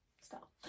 Stop